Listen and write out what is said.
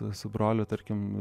su broliu tarkim